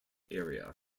area